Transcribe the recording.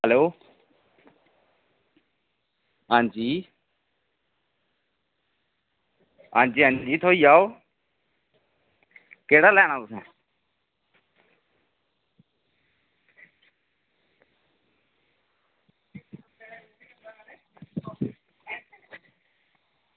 hello आं जी आं जी आं जी थ्होई जाह्ग केह्ड़ा लैना तुसें